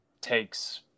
takes